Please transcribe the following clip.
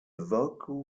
vocal